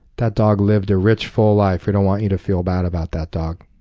that dog lived a rich, full life. we don't want you to feel bad about that dog.